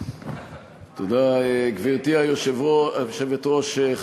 גברתי היושבת-ראש,